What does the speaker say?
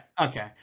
Okay